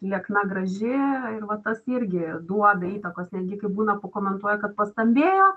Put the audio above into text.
liekna graži ir va tas irgi duoda įtakos netgi kai būna pakomentuoja kad pastambėjo